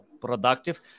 productive